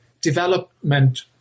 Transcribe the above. development